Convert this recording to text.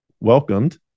welcomed